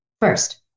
First